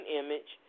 image